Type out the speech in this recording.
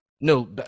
No